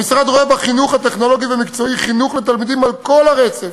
המשרד רואה בחינוך הטכנולוגי המקצועי חינוך לתלמידים על כל הרצף,